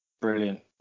brilliant